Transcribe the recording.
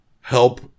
help